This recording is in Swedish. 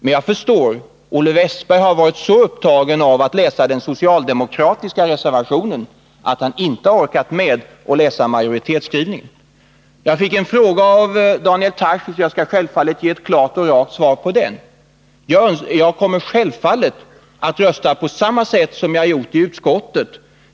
Men jag förstår att Olle Wästberg har varit så upptagen med att läsa den socialdemokratiska reservationen att han inte har orkat med att läsa majoritetsskrivningen. Jag fick en fråga av Daniel Tarschys, och jag skall ge ett klart och rakt svar på den: Jag kommer självfallet att rösta på samma sätt som jag har gjort i utskottet.